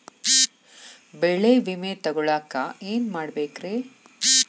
ಬೆಳೆ ವಿಮೆ ತಗೊಳಾಕ ಏನ್ ಮಾಡಬೇಕ್ರೇ?